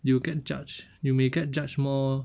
you can judge you may get judged more